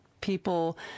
people